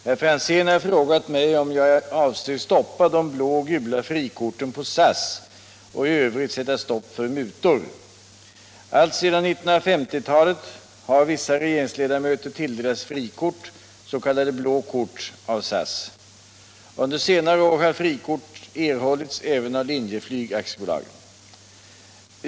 Herr talman! Herr Franzén har frågat mig om jag avser stoppa de blå och gula frikorten på SAS och i övrigt sätta stopp för mutor. Alltsedan 1950-talet har vissa regeringsledamöter tilldelats frikort — s.k. blå kort — av SAS. Under senare år har frikort erhållits även av Linjeflyg AB.